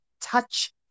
touch